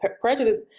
prejudice